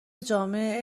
جامع